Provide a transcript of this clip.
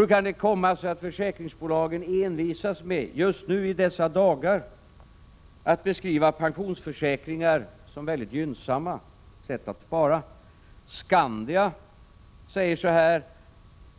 Hur kan det komma sig att försäkringsbolagen just i dessa dagar envisas med att beskriva pensionsförsäkringar som ett väldigt gynnsamt sätt att spara. Skandia säger